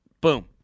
Boom